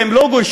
והם לא גורשו,